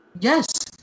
Yes